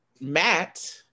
Matt